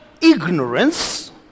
ignorance